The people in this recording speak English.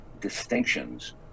distinctions